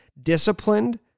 disciplined